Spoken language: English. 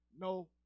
no